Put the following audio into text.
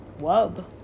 wub